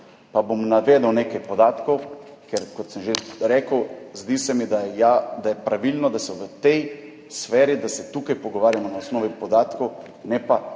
Pa bom navedel nekaj podatkov, ker kot sem že rekel, zdi se mi, da je pravilno, da se v tej sferi, da se tukaj pogovarjamo na osnovi podatkov, ne pa na